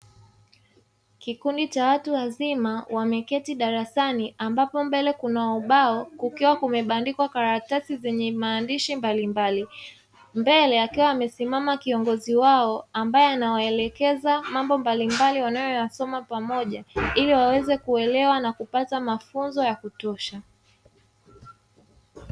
Kikundi cha watu wazima wameketi darasani ambapo mbele kuna ubao kukiwa kumebandikwa makaratasi yenye maandishi mbalimbali mbele akiwa amesimama kiongozi wao ambae anawaelekeza mambo mbalimbali wanayosoma kwa pamoja iliwaweze kuelewa na kupata mafunzo ya kutosha.